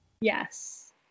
Yes